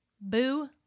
boo